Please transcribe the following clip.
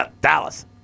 Dallas